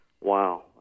Wow